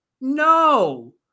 No